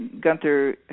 Gunther